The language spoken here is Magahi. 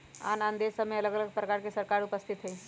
आन आन देशमें अलग अलग प्रकार के सरकार उपस्थित हइ